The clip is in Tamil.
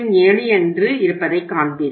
07 என்று இருப்பதைக் காண்பீர்கள்